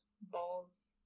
Balls